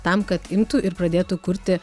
tam kad imtų ir pradėtų kurti